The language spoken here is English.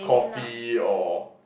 coffee or